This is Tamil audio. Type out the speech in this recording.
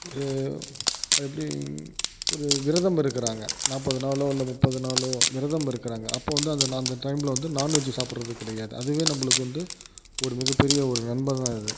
ஒரு அது எப்படி ஒரு விரதம் இருக்கிறாங்க நாற்பது நாளோ இல்லை முப்பது நாளோ விரதம் இருக்கிறாங்க அப்போ வந்து அந்த நா அந்த டைமில் வந்து நான் வெஜ்ஜி சாப்பிட்றது கிடையாது அதுவே நம்மளுக்கு வந்து ஒரு மிகப்பெரிய ஒரு நன்மை தான் அது